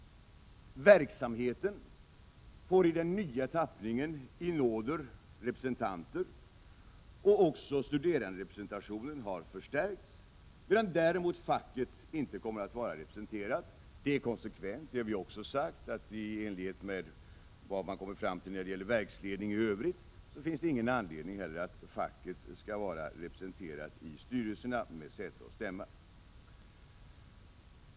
Verksamheten får i den nya tappningen i nåder representanter, och också studeranderepresentationen har förstärkts. Facket däremot kommer inte att vara representerat. Det är konsekvent. Vi har också sagt att det i enlighet med vad man kommer fram till när det gäller verksledning i övrigt inte heller finns någon anledning att facket skall vara representerat i styrelsen och ha säte och stämma där.